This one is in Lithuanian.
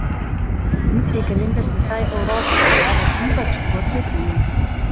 jis reikalingas visai europai o ypač vokietijai